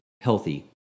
Healthy